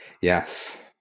Yes